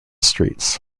streets